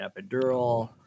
epidural